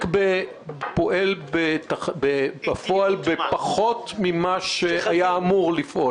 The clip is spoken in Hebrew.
פועל בפועל בפחות ממה שהיה אמור לפעול.